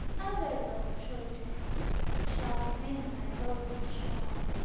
other little children shall bring my boats ashore.